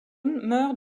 meurt